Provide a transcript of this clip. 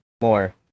more